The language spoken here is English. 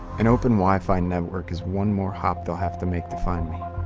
an open wi-fi network is one more hop they'll have to make to find me.